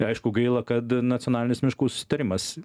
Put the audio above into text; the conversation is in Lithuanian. aišku gaila kad nacionalinis miškų susitarimas